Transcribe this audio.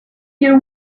your